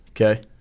Okay